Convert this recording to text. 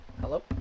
Hello